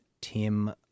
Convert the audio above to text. Tim